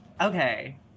okay